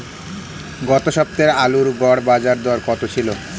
গত সপ্তাহে আলুর গড় বাজারদর কত ছিল?